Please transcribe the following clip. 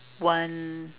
one